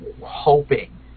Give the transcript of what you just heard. hoping